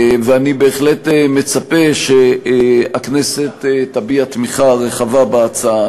ואני בהחלט מצפה שהכנסת תביע תמיכה רחבה בהצעה.